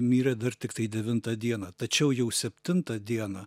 mirė dar tiktai devintą dieną tačiau jau septintą dieną